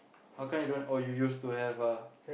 how come you don't oh you used to have ah